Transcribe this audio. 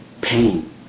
pain